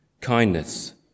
kindness